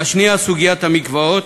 השנייה, סוגיית המקוואות,